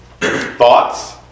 Thoughts